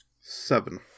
seven